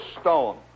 Stone